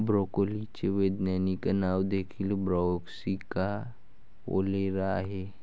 ब्रोकोलीचे वैज्ञानिक नाव देखील ब्रासिका ओलेरा आहे